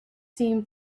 seem